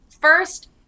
first